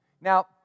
Now